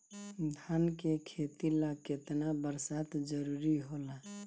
धान के खेती ला केतना बरसात जरूरी होला?